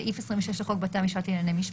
סעיף 26 לחוק בתי המשפט לענייני משפחה,